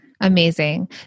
Amazing